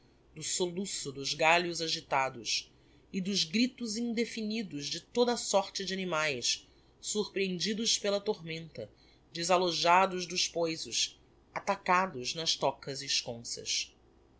do soluço dos galhos agitados e dos gritos indefinidos de toda a sorte de animaes surprehendidos pela tormenta desalojados dos poisos atacados nas tocas esconsas